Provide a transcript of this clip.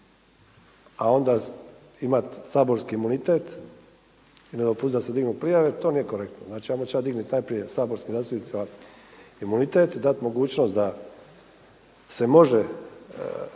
a onda imat saborski imunitet i nedopustiti da se dignu prijave, to nije korektno. Znač ajmo ća dignut najprije saborskim zastupnicima imunitet, dat mogućnost da se može